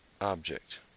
object